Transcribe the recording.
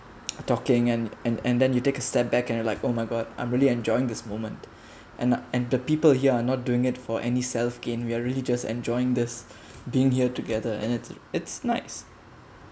a talking and and and then you take a step back and you're like oh my god I'm really enjoying this moment and and the people here are not doing it for any self gain we're religious enjoying this being here together and it's it's nice